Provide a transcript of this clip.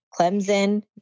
clemson